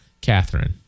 Catherine